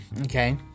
okay